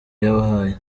yabahaye